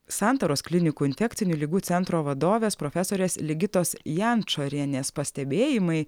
santaros klinikų infekcinių ligų centro vadovės profesorės ligitos jančorienės pastebėjimai